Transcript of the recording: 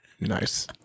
Nice